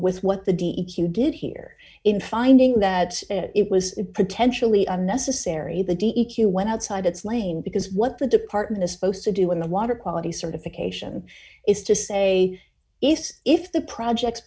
with what the d e q did here in finding that it was potentially unnecessary the d e q went outside its lane because what the department is supposed to do in the water quality certification is to say if if the projects